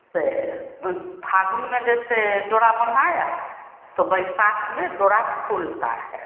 से फागुन में जैसे डोरा बँधाया तो वैशाख में डोरा खुलता है